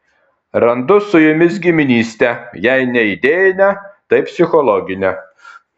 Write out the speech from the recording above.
randu su jumis giminystę jei ne idėjinę tai psichologinę